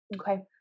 Okay